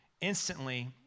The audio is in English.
instantly